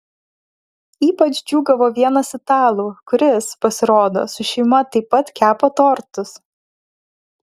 ypač džiūgavo vienas italų kuris pasirodo su šeima taip pat kepa tortus